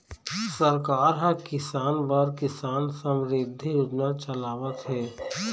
सरकार ह किसान बर किसान समरिद्धि योजना चलावत हे